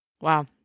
Wow